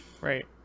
right